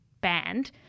banned